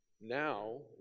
Now